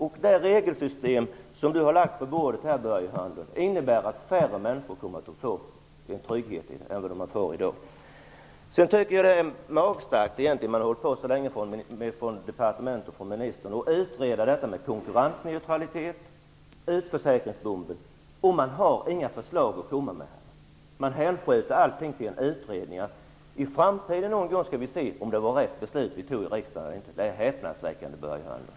Och det förslag till regelsystem som Börje Hörnlund nu har lagt på bordet innebär att färre människor än i dag kommer att få trygghet. Jag tycker att det är magstarkt att departementet och ministern inte har några förslag att komma med när man har hållit på så länge med att utreda konkurrensneutraliteten och utförsäkringsbomben. Man hänskjuter allting till en utredning -- först i framtiden skall vi se om vi fattade rätt beslut i riksdagen eller inte. Det är häpnadsväckande, Börje Hörnlund!